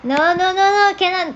no no no cannot